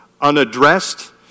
unaddressed